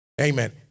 Amen